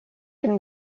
can